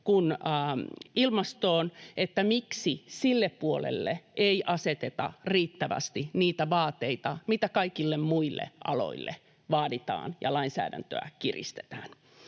kuin ilmastoon: miksi sille puolelle ei aseteta riittävästi niitä vaateita, mitä kaikille muille aloille vaaditaan ja joilla lainsäädäntöä kiristetään?